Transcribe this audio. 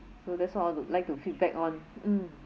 so that's all like to feedback on